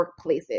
workplaces